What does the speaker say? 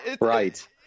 Right